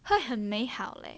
会很美好 leh